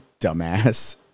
dumbass